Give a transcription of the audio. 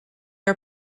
are